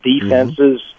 defenses